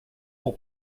pour